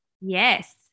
Yes